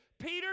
Peter